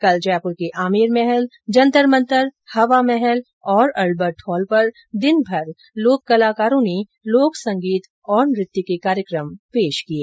कल जयप्र के आमेर महल जंतर मंतर हवा महल और अल्बर्ट हॉल पर दिनभर लोक कलाकारों ने लोक संगीत और नृत्य के कार्यक्रम पेश किये